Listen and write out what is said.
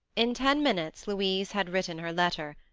in ten minutes louise had written her letter.